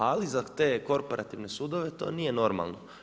Ali za te korporativne sudove to nije normalno.